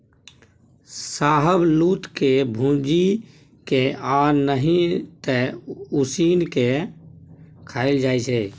शाहबलुत के भूजि केँ आ नहि तए उसीन के खाएल जाइ छै